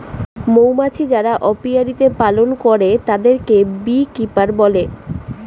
মৌমাছি যারা অপিয়ারীতে পালন করে তাদেরকে বী কিপার বলে